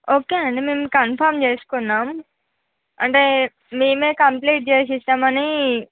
okay అండి మేము confirm చేసుకున్నాము అంటే మేమే కంప్లీట్ చేసిస్తామని